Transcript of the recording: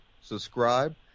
subscribe